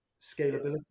scalability